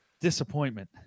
Disappointment